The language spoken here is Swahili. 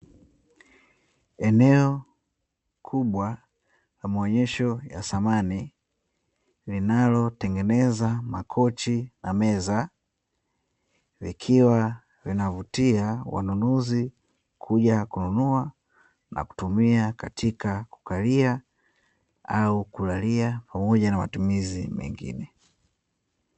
Eneo kubwa la maonesho ya thamani linalo tengeneza makochi na meza, likiwa linavutia wanunuzi kuja kununua na kutumia katika kuja kukalia au kulalia na matumizi mengine.